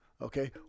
okay